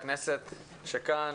שלום לחברי הכנסת שכאן,